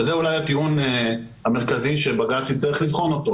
שזה אולי הטיעון המרכזי שבג"ץ יצטרך לבחון אותו.